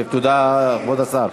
תודה, כבוד השר.